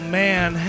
man